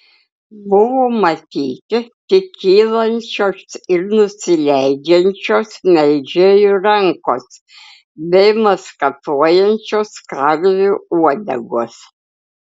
buvo matyti tik kylančios ir nusileidžiančios melžėjų rankos bei maskatuojančios karvių uodegos